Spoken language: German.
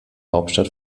hauptstadt